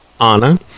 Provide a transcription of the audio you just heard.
Anna